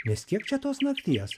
nes kiek čia tos nakties